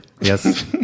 Yes